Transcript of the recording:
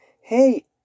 hey